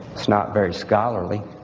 it's not very scholarly,